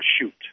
shoot